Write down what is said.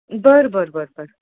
बरं बरं बरं बरं